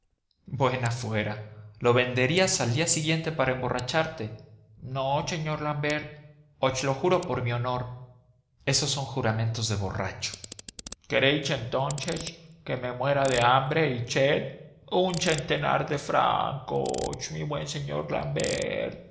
buena fuera lo venderías al día siguiente para emborracharte no señor l'ambert os lo juro por mi honor esos son juramentos de borracho queréis entonces que me muera de hambre y sed un centener de francos mi buen señor